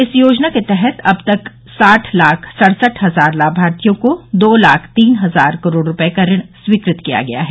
इस योजना के तहत अब तक साठ लाख सड़सठ हजार लाभार्थियों को दो लाख तीन हजार करोड़ रुपए का ऋण स्वीकृत किया गया है